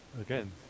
Again